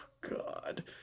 God